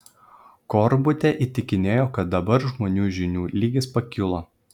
korbutė įtikinėjo kad dabar žmonių žinių lygis pakilo